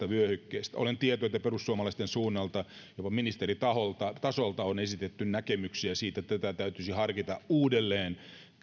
vyöhykkeestä olen tietoinen että perussuomalaisten suunnalta jopa ministeritasolta on esitetty näkemyksiä siitä että tätä täytyisi harkita uudelleen